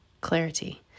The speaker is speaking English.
clarity